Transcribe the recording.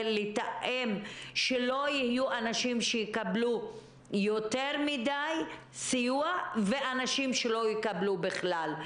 לתאם שלא יהיו אנשים שיקבלו יותר מדיי סיוע ואנשים שלא יקבלו בכלל.